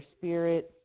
spirit